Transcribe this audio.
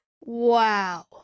Wow